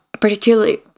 particularly